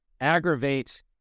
aggravate